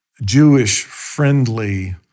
Jewish-friendly